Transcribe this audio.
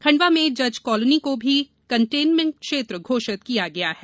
खंडवा में जज कॉलोनी को भी कंटेनमेंट क्षेत्र घोषित किया है